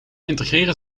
integreren